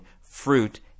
fruit